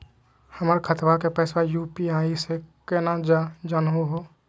हमर खतवा के पैसवा यू.पी.आई स केना जानहु हो?